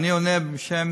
אני עונה בשם